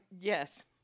Yes